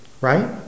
right